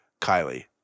Kylie